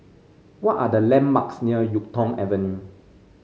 what are the landmarks near YuK Tong Avenue